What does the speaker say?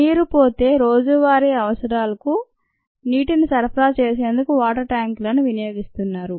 నీరు పోతే రోజువారీ అవసరాలకు నీటిని సరఫరా చేసేందుకు వాటర్ ట్యాంకర్లను వినియోగిస్తున్నారు